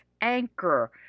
Anchor